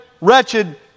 wretched